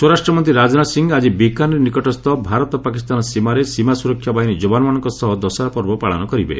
ସ୍ୱରାଷ୍ଟ୍ର ମନ୍ତ୍ରୀ ରାଜନାଥ ସିଂ ଆଜି ବିକାନିର ନିକଟସ୍କ ଭାରତ ପାକିସ୍ତାନ ସୀମାରେ ସୀମା ସ୍ତରକ୍ଷା ବାହିନୀ ଯବାନମାନଙ୍କ ସହ ଦଶହରା ପର୍ବ ପାଳନ କରିବେ